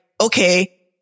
okay